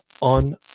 on